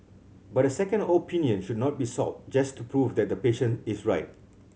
but a second opinion should not be sought just to prove that the patient is right